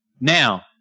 Now